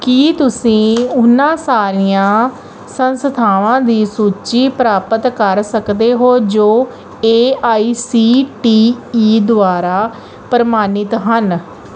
ਕੀ ਤੁਸੀਂ ਉਹਨਾਂ ਸਾਰੀਆਂ ਸੰਸਥਾਵਾਂ ਦੀ ਸੂਚੀ ਪ੍ਰਾਪਤ ਕਰ ਸਕਦੇ ਹੋ ਜੋ A I C T E ਦੁਆਰਾ ਪ੍ਰਵਾਨਿਤ ਹਨ